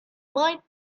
might